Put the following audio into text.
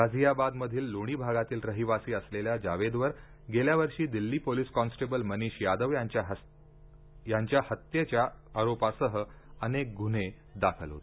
गाझियाबादमधील लोणी भागातील रहिवासी असलेल्या जावेदवर गेल्या वर्षी दिल्ली पोलिस कॉन्स्टेबल मनीष यादव यांच्या हत्येच्या आरोपासह अनेक गुन्हे दाखल होते